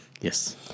Yes